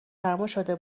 فرماشده